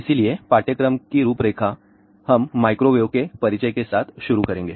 इसलिए पाठ्यक्रम की रूपरेखा हम माइक्रोवेव के परिचय के साथ शुरू करेंगे